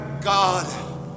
God